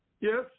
Yes